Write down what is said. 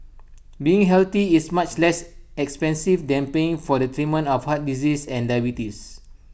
being healthy is much less expensive than paying for the treatment of heart disease and diabetes